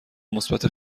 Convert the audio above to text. مثبت